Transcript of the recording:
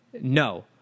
No